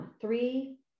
three